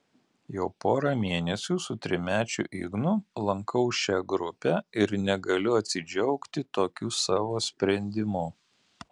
jau porą mėnesių su trimečiu ignu lankau šią grupę ir negaliu atsidžiaugti tokiu savo sprendimu